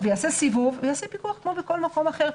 סיבוב ויעשה פיקוח כמו בכל מקום אחר.